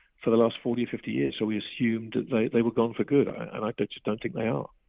for the last forty, fifty years. so we assumed they were gone for good. i like just don't think they are.